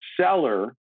seller